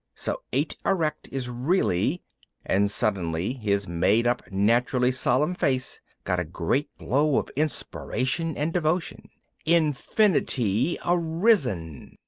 so eight erect is really and suddenly his made-up, naturally solemn face got a great glow of inspiration and devotion infinity arisen!